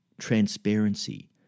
transparency